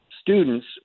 students